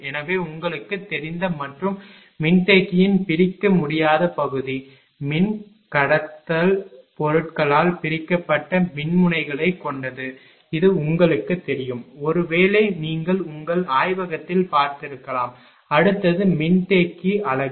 எனவே உங்களுக்குத் தெரிந்த மற்றும் மின்தேக்கியின் பிரிக்க முடியாத பகுதி மின்கடத்தா பொருட்களால் பிரிக்கப்பட்ட மின்முனைகளைக் கொண்டது இது உங்களுக்குத் தெரியும் ஒருவேளை நீங்கள் உங்கள் ஆய்வகத்தில் பார்த்திருக்கலாம் அடுத்தது மின்தேக்கி அலகு